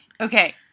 Okay